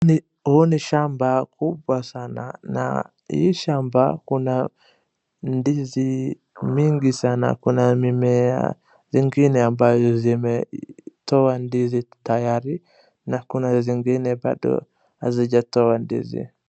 Huu ni shamba kubwa sana na hii shamba kuna ndizi mingi sana. Kuna mimea zingine ambazo zimetoa ndizi tayari na kuna zingine bado hazijatoa ndizi.